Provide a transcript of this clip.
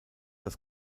das